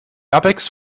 airbags